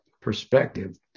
perspective